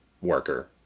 worker